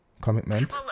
commitment